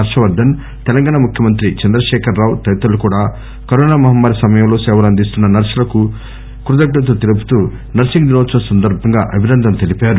హర్షవర్థన్ తెలంగాణ ముఖ్యమంత్రి చంద్ర శేఖర్ రావ్ తదితరులు కరోనా మహమ్మారి సమయంలో సేవలందిస్తున్న నర్పులకు కృతజ్ఞతలు తెలుపుతూ నర్పింగ్ దినోత్సవం సందర్బంగా అభినందనలు తెలిపారు